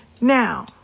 Now